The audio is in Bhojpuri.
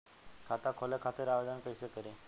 खाता खोले खातिर आवेदन कइसे करी?